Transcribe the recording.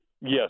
Yes